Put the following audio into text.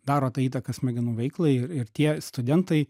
daro tą įtaką smegenų veiklai ir ir tie studentai